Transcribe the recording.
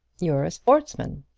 you're a sportsman?